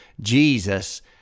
Jesus